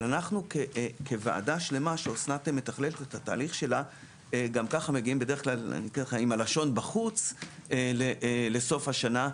אבל אנחנו כוועדה גם ככה מגיעים עם הלשון בחוץ לסוף השנה,